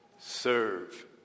serve